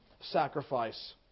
sacrifice